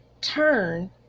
turn